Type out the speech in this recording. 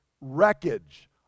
wreckage